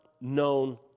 known